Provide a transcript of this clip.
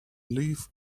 leave